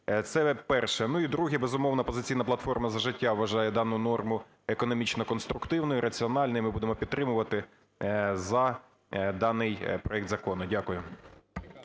Це перше. Ну, і друге. Безумовно, "Опозиційна платформа – За життя" вважає дану норму економічно конструктивною, раціональною. І ми будемо її підтримувати за даний проект закону. Дякую.